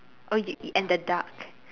oh y~ and the duck